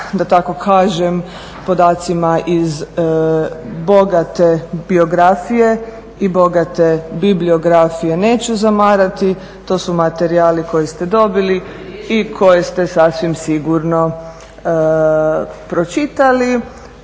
da tako kažem podacima iz bogate biografije i bogate bibliografije neću zamarati, to su materijali koje ste dobili i koje ste sasvim sigurno pročitali.